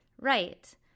Right